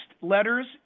letters